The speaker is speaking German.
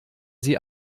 sie